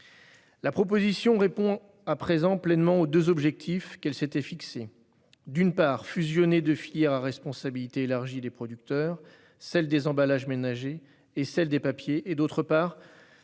La proposition répond à présent pleinement aux deux objectifs qu'elle s'était fixés : d'une part, fusionner deux filières à responsabilité élargie des producteurs, celle des emballages ménagers et celle des papiers ; d'autre part,